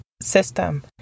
system